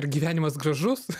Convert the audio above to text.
ar gyvenimas gražus